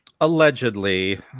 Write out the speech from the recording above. allegedly